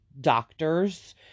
doctors